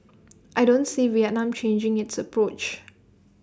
I don't see Vietnam changing its approach